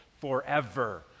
forever